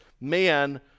man